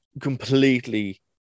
completely